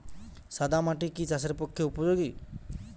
সাদা মাটি কি চাষের পক্ষে উপযোগী?